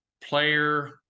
player